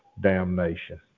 damnation